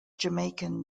jamaican